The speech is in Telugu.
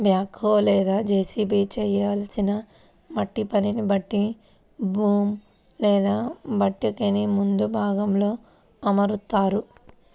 బ్యాక్ హో లేదా జేసిబి చేయాల్సిన మట్టి పనిని బట్టి బూమ్ లేదా బకెట్టుని ముందు భాగంలో అమరుత్తారు